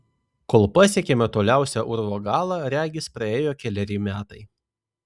kol pasiekėme toliausią urvo galą regis praėjo keleri metai